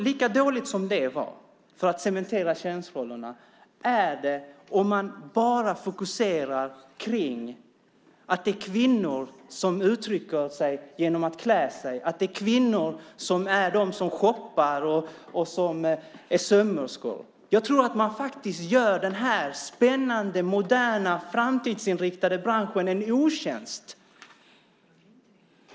Lika dåligt som det var för att cementera könsrollerna är det om man bara fokuserar på att det är kvinnor som uttrycker sig genom att klä sig, att det är kvinnor som är de som shoppar och som är sömmerskor. Jag tror att man gör den här spännande moderna framtidsinriktade branschen en otjänst.